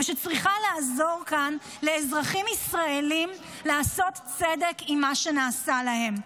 שצריכה לעזור כאן לאזרחים ישראלים לעשות צדק עם מה שנעשה להם.